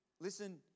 Listen